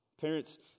Parents